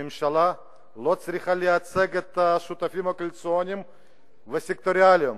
הממשלה לא צריכה לייצג את השותפים הקואליציוניים והסקטוריאליים,